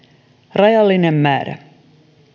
rajallinen määrä